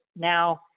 now